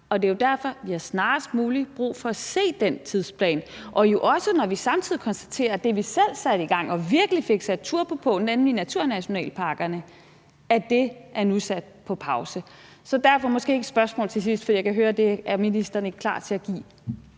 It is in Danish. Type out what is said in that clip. en større konference. Vi har snarest muligt brug for at se den tidsplan, jo også når vi samtidig kan konstatere, at det, vi selv satte i gang og virkelig fik sat turbo på, nemlig naturnationalparkerne, nu er sat på pause. Så derfor har jeg måske ikke samme spørgsmål til sidst, for jeg kan høre, at det er ministeren ikke klar til at svare